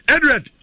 Edred